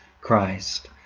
Christ